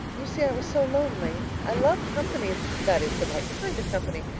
you see, i was so lonely. i love company. that is, the right kind of company.